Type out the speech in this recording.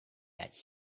that